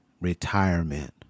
retirement